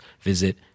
visit